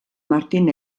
martin